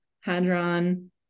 hadron